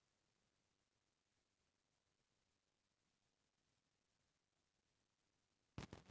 कटाई के बाद धान ला कतका समय तक संग्रह करके रख सकथन?